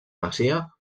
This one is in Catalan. masia